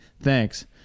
thanks